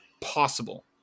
possible